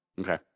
Okay